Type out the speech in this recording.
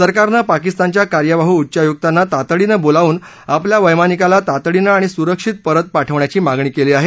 सरकारनं पाकिस्तानच्या कार्यवाहू उच्चयुक्ताना तातडीनं बोलावून आपल्या बैमानिकाना तातडीनं आणि सुरक्षित परत पाठवण्याची मागणी केली आहे